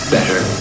Better